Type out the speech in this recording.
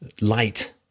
light